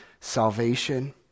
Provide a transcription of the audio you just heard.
salvation